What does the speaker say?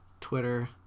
Twitter